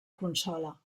consola